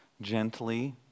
gently